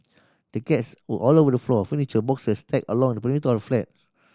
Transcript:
the cats were all over the floor furniture and boxes stacked along the perimeter of the flat